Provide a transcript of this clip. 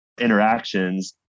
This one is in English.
interactions